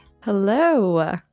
Hello